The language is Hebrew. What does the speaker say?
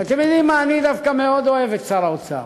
ואתם יודעים מה, אני דווקא מאוד אוהב את שר האוצר,